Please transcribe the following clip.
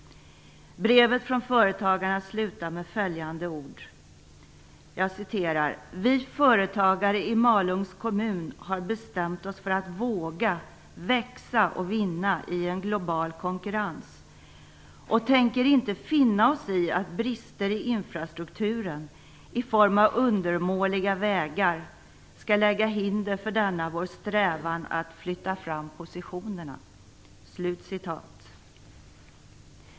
Brevet från företagarna slutar med följande ord: "Vi företagare i Malungs kommun har bestämt oss för att våga, växa och vinna i en global konkurrens och tänker inte finna oss i att brister i infrastrukturen, i form av undermåliga vägar, skall lägga hinder för denna vår strävan att flytta fram positionerna."